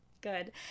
Good